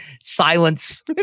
Silence